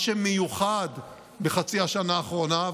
מה שמיוחד בחצי השנה האחרונה,